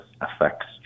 affects